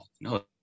no